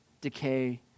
decay